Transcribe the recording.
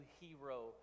hero